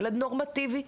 ילד נורמטיבי,